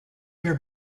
your